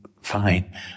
Fine